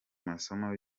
masomo